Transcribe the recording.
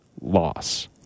loss